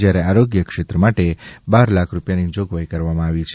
જ્યારે આરોગ્ય ક્ષેત્ર માટે બાર લાખ રૂપિયાની જોગવાઈ કરવામાં આવી છે